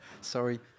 Sorry